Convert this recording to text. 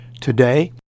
Today